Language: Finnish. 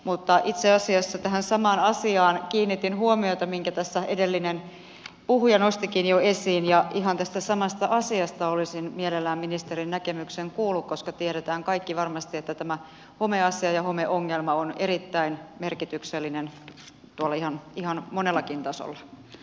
mutta itse asiassa kiinnitin huomiota tähän samaan asiaan minkä tässä edellinen puhuja nostikin jo esiin ja ihan tästä samasta asiasta olisin mielelläni ministerin näkemyksen kuullut koska tiedämme varmasti kaikki että tämä homeasia ja homeongelma on erittäin merkityksellinen tuolla ihan monellakin tasolla